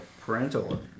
parental